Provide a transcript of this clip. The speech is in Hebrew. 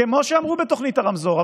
כמו שאמרו בתוכנית הרמזור,